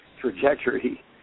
trajectory